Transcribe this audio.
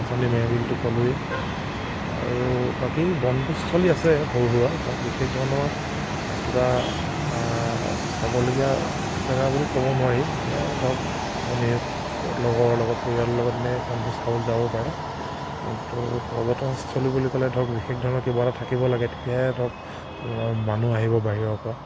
চাঁচনি মেৰবিলতো ক'লোঁৱেই আৰু বাকী বনভোজস্থলী আছে সৰু সুৰা তাত বিশেষ ধৰণৰ কিবা চাবলগীয়া জেগা বুলি ক'ব নোৱাৰি এই ধৰক আপুনি লগৰ লগত পৰিয়ালৰ লগত এনেই বনভোজ খাবলৈ যাব পাৰে কিন্তু পৰ্যটনস্থলী বুলি ক'লে ধৰক বিশেষ ধৰণৰ কিবা এটা থাকিব লাগে তেতিয়াহে ধৰক মানুহ আহিব বাহিৰৰ পৰা